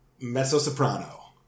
mezzo-soprano